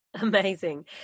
Amazing